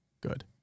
good